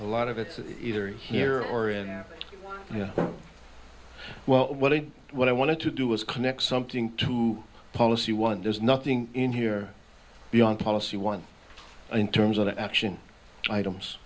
a lot of it either here or in well what i what i wanted to do was connect something to policy one there's nothing in here beyond policy one in terms of action items